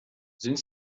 sind